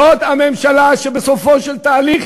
זאת הממשלה שבסופו של תהליך